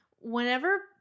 Whenever